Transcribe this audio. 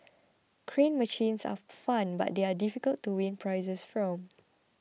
crane machines are fun but they are difficult to win prizes from